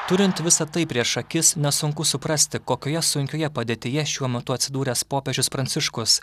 turint visa tai prieš akis nesunku suprasti kokioje sunkioje padėtyje šiuo metu atsidūręs popiežius pranciškus